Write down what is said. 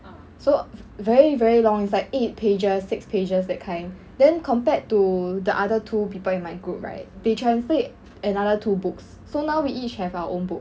so very very long it's like eight pages six pages that kind then compared to the other two people in my group right they translate another two books so now we each have our own book